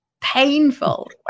painful